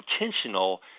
intentional